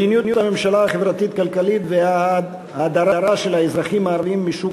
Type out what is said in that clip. מדיניות הממשלה החברתית-כלכלית וההדרה של האזרחים הערבים משוק